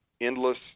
endless